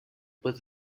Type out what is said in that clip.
put